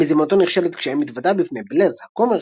מזימתו נכשלת כשהאם מתוודה בפני בלז, הכומר שלה,